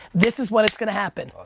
this is what is gonna happen.